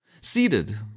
seated